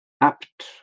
apt